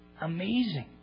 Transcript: Amazing